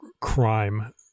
crime